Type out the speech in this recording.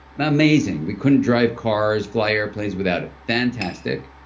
amazing. we couldn't drive cars, fly airplanes without it. fantastic.